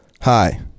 Hi